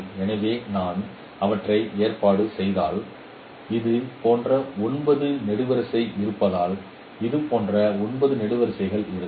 எனவே நான் அவற்றை ஏற்பாடு செய்தால் இதுபோன்ற 9 நெடுவரிசைகள் இருந்தால் இதுபோன்ற 9 நெடுவரிசைகள் இருக்கும்